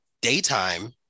daytime